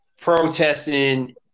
protesting